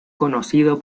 conocido